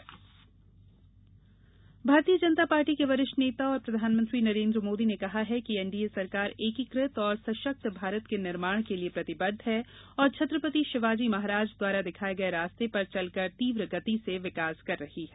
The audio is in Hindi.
मोदी भारतीय जनता पार्टी के वरिष्ठ नेता और प्रधानमंत्री नरेंद्र मोदी ने कहा है कि एनडीए सरकार एकीकृत और सशक्त भारत के निर्माण के लिए प्रतिबद्ध है और छत्रपति शिवाजी महाराज द्वारा दिखाए गए रास्ते पर चल कर तीव्र गति से विकास कर रही है